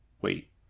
Wait